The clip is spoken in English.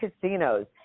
casinos